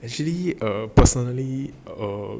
actually uh personally err